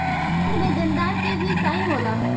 bond में देनदार के भी साइन होला